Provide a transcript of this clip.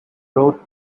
wrote